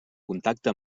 contacte